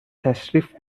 تشریف